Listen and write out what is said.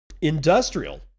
Industrial